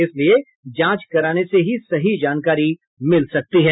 इसलिए जांच कराने से ही सही जानकारी मिल सकती है